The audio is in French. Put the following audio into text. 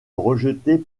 rejetée